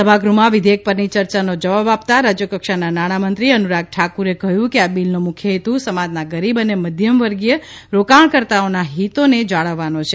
સભાગૃહમાં વિધેયક પરની ચર્ચાનો જવાબ આપતા રાજયકક્ષાના નાણામંત્રી અનુરાગ ઠાકુરે કહ્યું કે આ બીલનો મુખ્ય હેતુ સમાજના ગરીબ અને મધ્યમવર્ગીય રોકાણકર્તાઓના ફીતોને જાળવવાનો છે